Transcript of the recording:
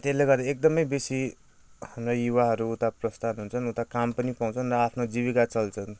त्यसले गर्दा एकदमै बेसी हाम्रा युवाहरू उता प्रस्थान हुन्छन् उता काम पनि पाउँछन् र आफ्नो जीविका चल्छन्